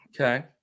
Okay